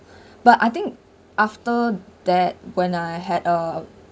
but I think after that when I had a